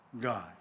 God